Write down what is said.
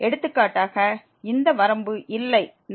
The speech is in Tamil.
எடுத்துக்காட்டாக இந்த வரம்பு இல்லை என்று வைத்துக்கொள்வோம்